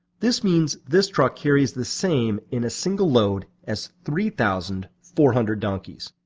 this means this truck carries the same in a single load as three thousand four hundred donkeys.